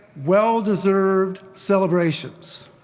well-deserved celebrations,